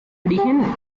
origen